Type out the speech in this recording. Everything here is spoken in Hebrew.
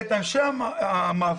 את אנשי המאבק